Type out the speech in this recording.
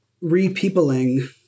repeopling